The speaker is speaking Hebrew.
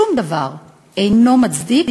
שום דבר אינו מצדיק